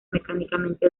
mecánicamente